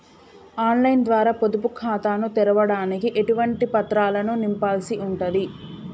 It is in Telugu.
ఆన్ లైన్ ద్వారా పొదుపు ఖాతాను తెరవడానికి ఎటువంటి పత్రాలను నింపాల్సి ఉంటది?